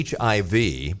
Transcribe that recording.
hiv